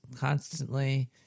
constantly